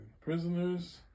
prisoners